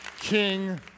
king